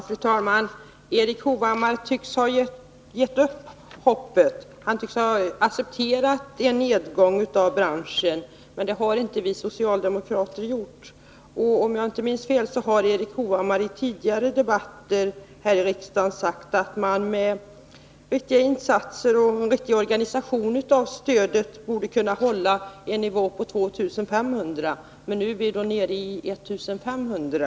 Fru talman! Erik Hovhammar tycks ha gett upp hoppet. Han tycks ha accepterat en nedgång i branschen, men det har inte vi socialdemokrater gjort. Om jag inte minns fel har Erik Hovhammar i tidigare debatter här i riksdagen sagt att man med vettiga insatser och en vettig organisation av stödet borde kunna hålla en nivå på 2 500 arbetare, men nu är vi nere i 1500.